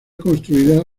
construida